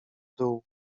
dół